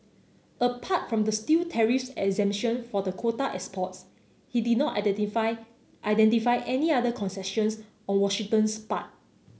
apart from the steel tariffs exemption for the quota exports he did not identify identify any other concessions on Washington's part